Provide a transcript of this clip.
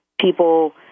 People